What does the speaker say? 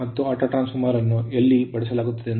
ಮತ್ತು autotransformer ಅನ್ನು ಎಲ್ಲಿ ಬಳಸಲಾಗುತ್ತಿದೆ